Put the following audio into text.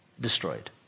destroyed